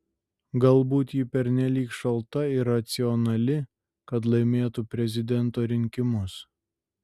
galbūt ji pernelyg šalta ir racionali kad laimėtų prezidento rinkimus